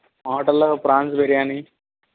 model prawns biryani